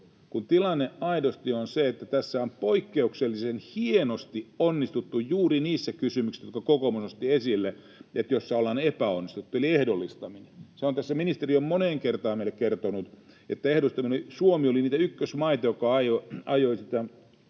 kun tilanne aidosti on se, että tässä on poikkeuksellisen hienosti onnistuttu juuri niissä kysymyksissä, joista kokoomus nosti esille, että ollaan epäonnistuttu, eli ehdollistaminen. Sen on tässä ministeri jo moneen kertaan meille kertonut, että Suomi oli niitä ykkösmaita, jotka ajoivat sitä